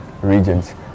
regions